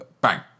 bang